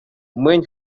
мӗн